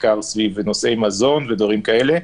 בעיקר סביב נושאי מזון ודברים כאלה,